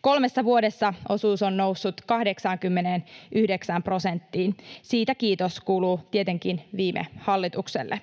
Kolmessa vuodessa osuus on noussut 89 prosenttiin. Siitä kiitos kuuluu tietenkin viime hallitukselle.